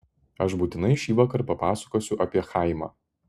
aš būtinai šįvakar papasakosiu apie chaimą